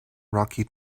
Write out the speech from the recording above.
rocky